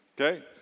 Okay